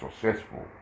successful